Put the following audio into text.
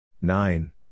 Nine